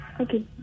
Okay